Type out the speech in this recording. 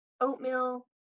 oatmeal